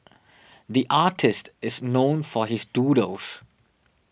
the artist is known for his doodles